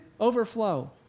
overflow